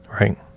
right